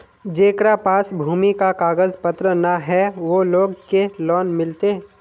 जेकरा पास भूमि का कागज पत्र न है वो लोग के लोन मिलते?